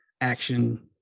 action